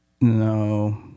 No